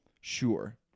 Sure